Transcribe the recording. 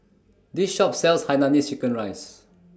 This Shop sells Hainanese Chicken Rice